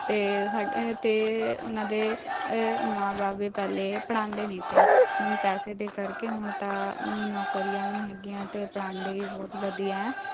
ਅਤੇ ਸਾ ਅਤੇ ਉਹਨਾਂ ਦੇ ਮਾਂ ਬਾਪ ਹੀ ਪਹਿਲੇ ਪੜ੍ਹਾਉਂਦੇ ਨਹੀਂ ਤੇ ਨਾ ਪੈਸੇ ਦੇ ਕਰਕੇ ਹੁਣ ਤਾਂ ਨੌਕਰੀਆਂ ਵੀ ਹੈਗੀਆਂ ਅਤੇ ਪੜ੍ਹਾਉਂਦੇ ਵੀ ਵਧੀਆ ਹੈ